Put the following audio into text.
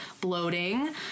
bloating